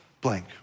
blank